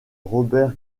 robert